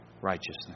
righteousness